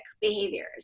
behaviors